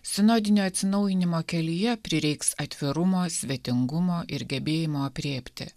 sinodinio atsinaujinimo kelyje prireiks atvirumo svetingumo ir gebėjimo aprėpti